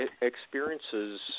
experiences